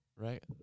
right